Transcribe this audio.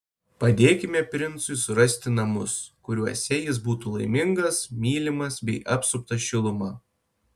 padėkime princui surasti namus kuriuose jis būtų laimingas mylimas bei apsuptas šiluma